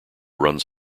runs